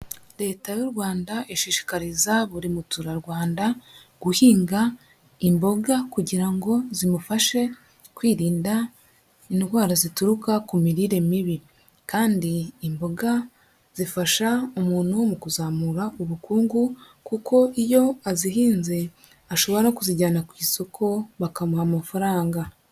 Leta y'u rwanda ishishikariza buri muturarwanda guhinga imboga kugira ngo zimufashe kwirinda indwara zituruka ku mirire mibi, kandi imboga zifasha umuntu mu kuzamura ubukungu kuko iyo azihinze ashobora kuzijyana ku isoko bakamuha amafaranga.